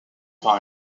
par